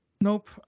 Nope